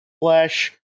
flesh